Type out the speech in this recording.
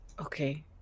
okay